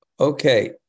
Okay